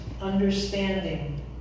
understanding